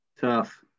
Tough